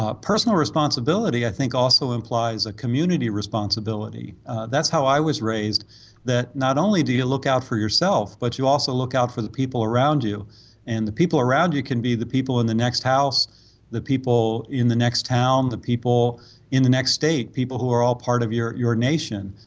ah personal responsibility i think also implies a community responsibility that's how i was raised that not only do you look out for yourself but you also look out for the people around you and the people around you can be the people in the next house the people in the next round um of people in the next eight people who are all part of your your nation